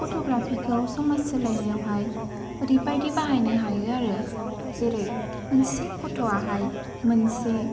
फट'ग्राफिखौ समाज सोलायनायावहाय ओरैबायदि बाहायनो हायो आरो जेरै मोनसे फट'वाहाय मोनसे